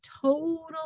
total